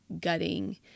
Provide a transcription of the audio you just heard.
gutting